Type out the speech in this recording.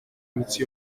imitsi